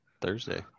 Thursday